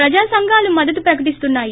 ప్రజాసంఘాలు మద్గతు ప్రకటిస్తున్నాయి